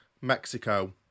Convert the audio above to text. Mexico